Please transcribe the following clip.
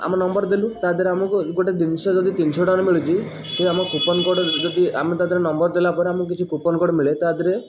ଆମେ ନମ୍ବର ଦେଲୁ ତା' ଦେହରେ ଆମକୁ ଏଇ ଗୋଟେ ଜିନିଷ ଯଦି ତିନିଶହ ଟଙ୍କାରେ ମିଳୁଛି ସେ ଆମ କୁପନ୍ କୋଡ଼ରେ ଯଦି ଆମେ ତା' ଦେହରେ ନମ୍ବର ଦେଲା ପରେ ଆମକୁ କିଛି କୁପନ୍ କୋଡ଼ ମିଳେ ତା' ଦେହରେ